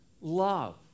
love